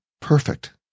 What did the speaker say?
Perfect